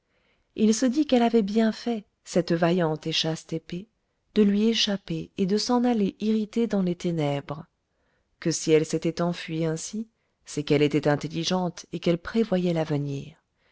il se dit qu'elle avait bien fait cette vaillante et chaste épée de lui échapper et de s'en aller irritée dans les ténèbres que si elle s'était enfuie ainsi c'est qu'elle était intelligente et qu'elle prévoyait l'avenir